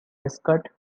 escort